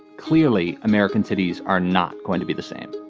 clearly american cities are not going to be the same.